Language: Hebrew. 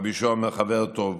רבי יהושע אומר: חבר טוב.